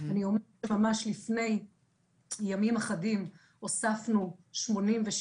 אני אומרת לך ממש לפני ימים אחדים אנחנו הוספנו עוד 86